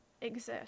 exist